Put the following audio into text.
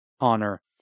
honor